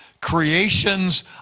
creations